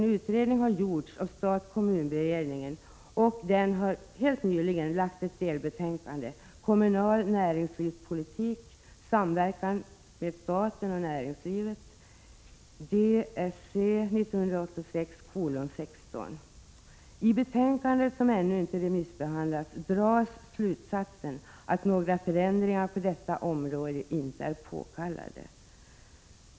En utredning har nämligen gjorts av stat-kommunberedningen som nyligen framlagt ett delbetänkande — Kommunal näringslivspolitik, Samverkan med staten och näringslivet . I betänkandet, som ännu inte remissbehandlats, dras slutsatsen att några förändringar på detta område inte är påkallade.